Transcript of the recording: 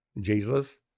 Jesus